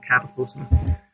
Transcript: capitalism